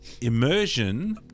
Immersion